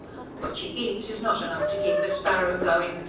what she eats is not enough to keep a sparrow going.